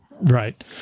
Right